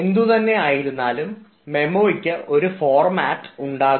എന്തുതന്നെയായിരുന്നാലും മെമ്മോയ്ക്ക് ഒരു ഫോർമാറ്റ് ഉണ്ടാകും